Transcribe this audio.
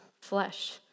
flesh